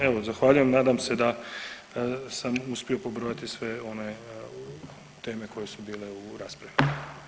Evo zahvaljujem, nadam se da sam uspio pobrojati sve one teme koje su bile u raspravi.